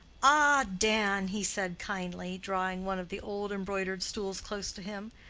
ah, dan! he said kindly, drawing one of the old embroidered stools close to him.